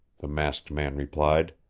the masked man replied.